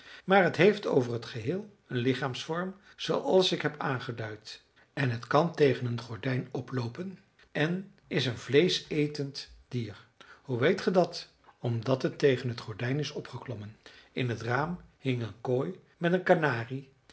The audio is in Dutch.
maar het heeft over t geheel een lichaamsvorm zooals ik heb aangeduid en het kan tegen een gordijn oploopen en is een vleeschetend dier illustratie wat denkt gij hiervan vroeg hij hoe weet gij dat omdat het tegen het gordijn is opgeklommen in het raam hing een kooi met een kanarie